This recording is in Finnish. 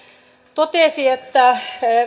totesi että